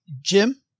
Jim